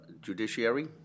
judiciary